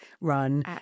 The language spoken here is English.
run